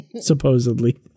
supposedly